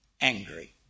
angry